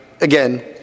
again